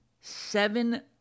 seven